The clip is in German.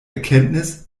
erkenntnis